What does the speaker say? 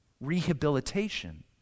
rehabilitation